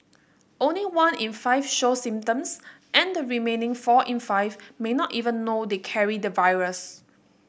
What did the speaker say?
only one in five show symptoms and the remaining four in five may not even know they carry the virus